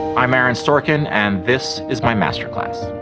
i'm aaron sorkin, and this is my master class.